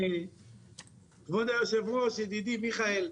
כבוד היושב-ראש, ידידי מיכאל,